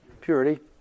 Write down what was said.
Purity